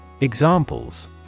Examples